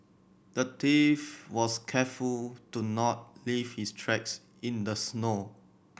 the thief was careful to not leave his tracks in the snow